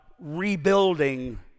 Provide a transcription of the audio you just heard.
rebuilding